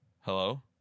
hello